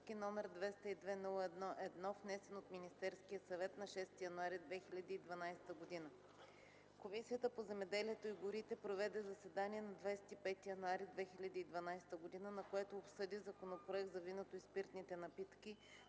№ 202-01-1, внесен от Министерския съвет на 6 януари 2012 г. Комисията по земеделието и горите проведе заседание на 25 януари 2012 г., на което обсъди Законопроект за виното и спиртните напитки,